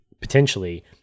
potentially